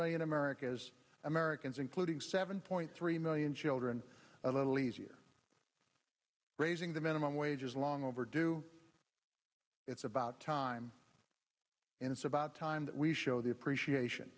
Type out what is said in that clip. million americas americans including seven point three million children a little easier raising the minimum wage is long overdue it's about time and it's about time that we show the appreciation